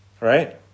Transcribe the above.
Right